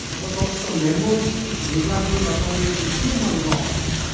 but also memory vis-a-vis not only the human loss,